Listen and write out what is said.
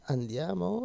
Andiamo